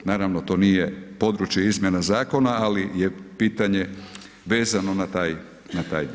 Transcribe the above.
Naravno to nije područje izmjena zakona, ali je pitanje vezano na taj dio.